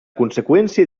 conseqüència